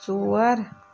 ژور